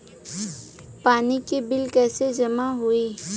पानी के बिल कैसे जमा होयी?